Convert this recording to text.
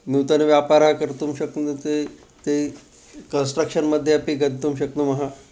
नूतनः व्यापारः कर्तुं शक्नुते कन्स्ट्रक्षन्मध्ये अपि गन्तुं शक्नुमः